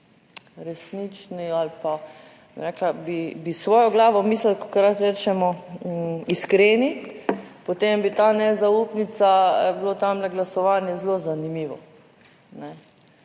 rekla, bi s svojo glavo mislili, kakor radi rečemo, iskreni, potem bi ta nezaupnica, bilo tam glasovanje zelo zanimivo,